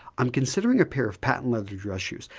i'm considering a pair of patent leather dress shoes,